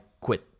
quit